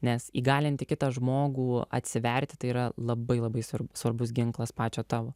nes įgalinti kitą žmogų atsiverti tai yra labai labai svarbu svarbus ginklas pačio tavo